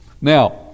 Now